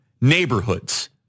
neighborhoods